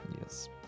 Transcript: Yes